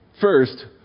First